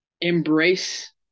embrace